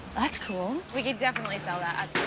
that's cool. we could definitely sell that at